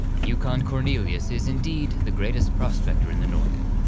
yukon cornelius is indeed the greatest prospector in the north,